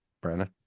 brandon